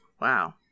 Wow